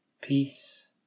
Peace